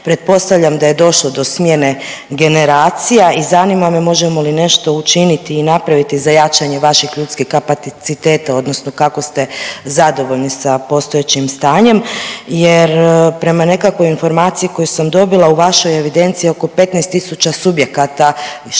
pretpostavljam da je došlo do smjene generacija i zanima me, možemo li nešto učiniti i napraviti za jačanje vaših ljudskih kapaciteta odnosno kako ste zadovoljni sa postojećim stanjem jer prema nekakvoj informaciji koju sam dobila, u vašoj evidenciji je oko 15 tisuća subjekata gdje